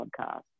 podcast